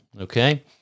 okay